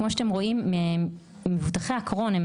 כמו שאתם רואים, מבוטחי הקרוהן הם